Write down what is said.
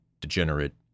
degenerate